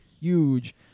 huge